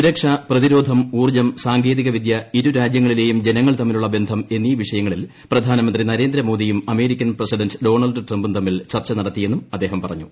സുരക്ഷ പ്രതിരോധം ഉൌർജം സാങ്കേതികവിദ്യ ഇരു രാജ്യങ്ങളിലെയും ജനങ്ങൾ തമ്മിലുള്ള ബന്ധം എന്നീ വിഷയങ്ങളിൽ പ്രധാനമന്ത്രി നരേന്ദ്രമോദിയും അമേരിക്കൻ പ്രസിഡന്റ് ഡോണൾഡ് ട്രംപും തമ്മിൽ ചർച്ച നടത്തിയെന്നും അദ്ദേഹം പറഞ്ഞു